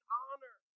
honor